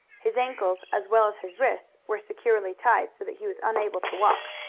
his ankles as well as his wrists were securely tied, so that he was unable to walk.